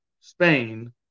Spain